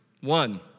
One